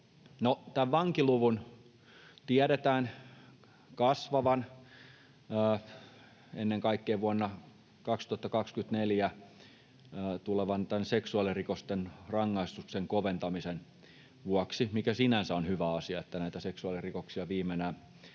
No, vankiluvun tiedetään kasvavan ennen kaikkea vuonna 2024 voimaan tulevan seksuaalirikosten rangaistusten koventamisen vuoksi, mikä sinänsä on hyvä asia, että näitä seksuaalirikoksia viimein